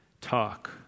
talk